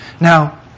Now